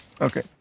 Okay